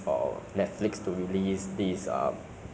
you know like getting the virus or spreading the virus